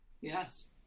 Yes